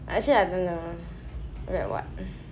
actually I don't know read what